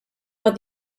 what